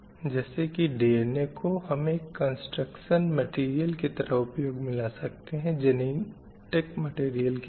जैसे की DNA को हम एक कन्स्ट्रक्शन मटीरीयल की तरह उपयोग में ला सकते हैं जेनेटिक मटीरीयल की जगह